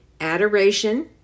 adoration